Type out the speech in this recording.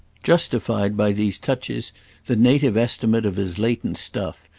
justified by these touches the native estimate of his latent stuff,